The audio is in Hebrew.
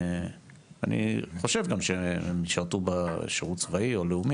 אני חושב שהם גם ישרתו שירות צבאי או לאומי,